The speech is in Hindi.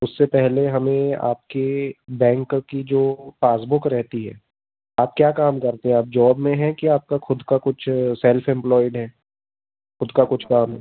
उससे पहले हमें आपके बैंक की जो पासबुक रहती है आप क्या काम करते हो आप जॉब में हैं कि आपका ख़ुद का कुछ सेल्फ़ एम्प्लोय्ड हैं ख़ुद का कुछ काम है